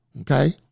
okay